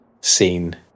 scene